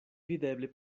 videble